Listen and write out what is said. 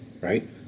right